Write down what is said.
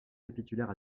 capitulaire